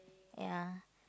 ya